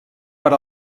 per